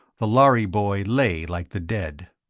the lhari boy lay like the dead.